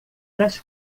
das